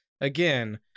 Again